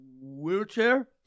wheelchair